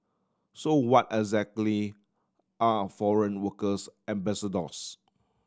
so what exactly are foreign workers ambassadors